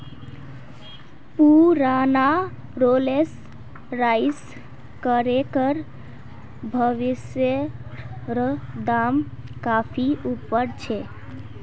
पुराना Rolls Royce कारेर भविष्येर दाम काफी ऊपर छे